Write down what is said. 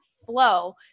flow